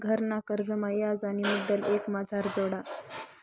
घरना कर्जमा याज आणि मुदल एकमाझार जोडा